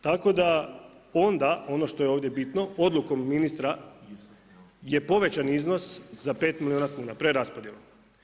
Tako da, onda ono što je ovdje bitno, odlukom ministra je povećan iznos za 5 milijuna kuna preraspodjelom.